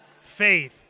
faith